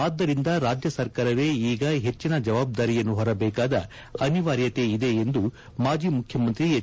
ಆದ್ದರಿಂದ ರಾಜ್ಯ ಸರ್ಕಾರವೇ ಈಗ ಹೆಚ್ಚಿನ ಜವಾಬ್ದಾರಿಯನ್ನು ಹೊರಬೇಕಾದ ಅನಿವಾರ್ಯತೆ ಇದೆ ಎಂದು ಮಾಜಿ ಮುಖ್ಯಮಂತ್ರಿ ಎಚ್